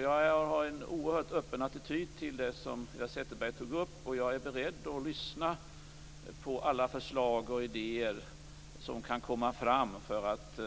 Jag har en oerhört öppen attityd till det som Eva Zetterberg tog upp. Jag är beredd att lyssna på alla förslag och idéer som kan komma fram för att